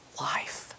life